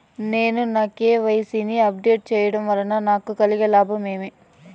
నేను నా కె.వై.సి ని అప్ డేట్ సేయడం వల్ల నాకు కలిగే లాభాలు ఏమేమీ?